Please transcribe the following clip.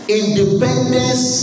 independence